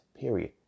Period